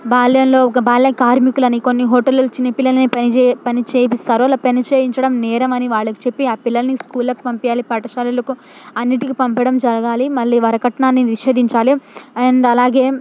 బాల్యంలో ఒక బాల కార్మికులని కొన్ని హోటల్లో చిన్న పిల్లలనే పనిజే పని చేపిస్తారో అలా పని చేయించడం నేరమని వాళ్ళకి చెప్పి ఆ పిల్లలని స్కూళ్ళకి పంపించాలి పాఠశాలలకు అన్నింటికీ పంపడం జరగాలి మళ్ళీ వరకట్నాన్ని నిషేదించాలి ఆండ్ అలాగే